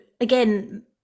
again